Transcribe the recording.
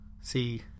See